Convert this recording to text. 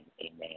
Amen